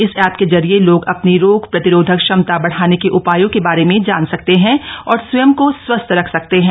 इस ऐप के जरिए लोग अपनी रोग प्रतिरोध क्षमता बढ़ाने के उपायों के बारे में जान सकते हैं और स्वयं को स्वस्थ रख सकते हैं